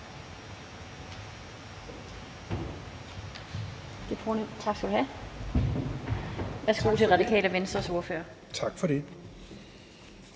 Tak for det.